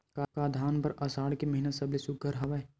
का धान बर आषाढ़ के महिना सबले सुघ्घर हवय?